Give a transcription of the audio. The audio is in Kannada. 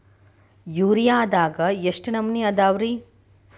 ಯೂರಿಯಾದಾಗ ಎಷ್ಟ ನಮೂನಿ ಅದಾವ್ರೇ?